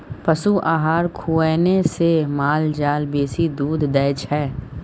पशु आहार खुएने से माल जाल बेसी दूध दै छै